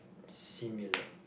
similar